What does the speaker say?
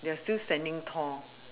they are still standing tall